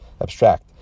abstract